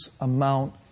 amount